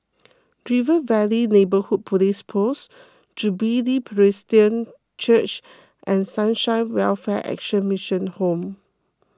River Valley Neighbourhood Police Post Jubilee Presbyterian Church and Sunshine Welfare Action Mission Home